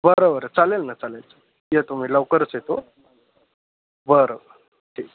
बरं बरं चालेल न चालेल येतो मी लवकरच येतो बरं ठीक